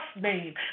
name